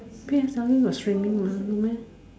P_S_L_E got streaming mah no meh